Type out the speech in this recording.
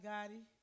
Gotti